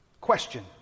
Question